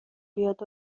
بیاد